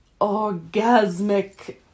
orgasmic